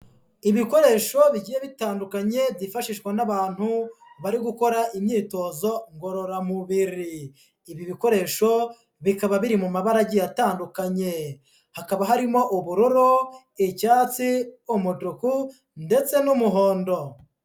Ibikoresho bigiye bitandukanye byifashishwa n'abantu bari gukora imyitozo ngororamubiri, ibi bikoresho bikaba biri mu mabara agiye atandukanye, hakaba harimo ubururu, icyatsi, umutuku ndetse n'umuhondo.